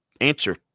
answer